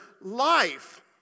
life